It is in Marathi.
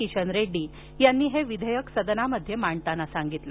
किशन रेड्डी यांनी हे विधेयक सदनामध्ये मांडताना सांगितलं